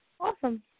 Awesome